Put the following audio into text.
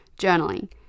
Journaling